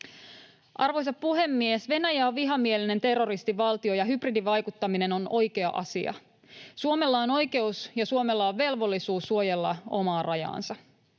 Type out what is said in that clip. Arvoisa puhemies! Venäjä on vihamielinen terroristivaltio, ja hybridivaikuttaminen on oikea asia. Suomella on oikeus ja Suomella on velvollisuus suojella omaa rajaansa.